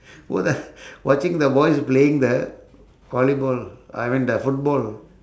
wha~ the watching the boys playing the volleyball I mean the football